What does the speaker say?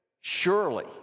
Surely